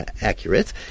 accurate